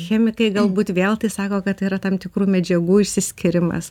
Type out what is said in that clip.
chemikai galbūt vėl tai sako kad tai yra tam tikrų medžiagų išsiskyrimas